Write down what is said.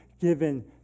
given